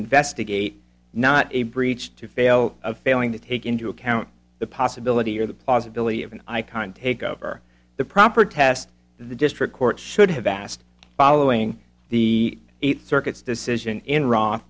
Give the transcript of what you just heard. investigate not a breach to fail of failing to take into account the possibility or the possibility of an icon take over the proper test the district court should have asked following the eight circuits decision